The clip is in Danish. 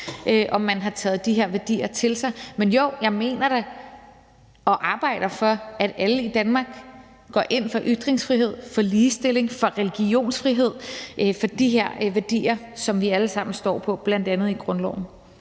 om man havde taget de her værdier til sig. Men jo, jeg mener da og arbejder for, at alle i Danmark går ind for ytringsfrihed, for ligestilling, for religionsfrihed, for de her værdier, som vi alle sammen står på, bl.a. i grundloven.